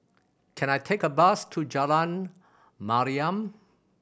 can I take a bus to Jalan Mariam